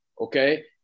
Okay